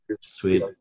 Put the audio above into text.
Sweet